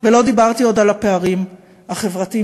ולא דיברתי עוד על הפערים החברתיים.